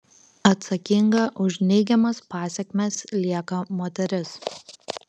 atsakinga už neigiamas pasekmes lieka moteris